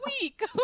week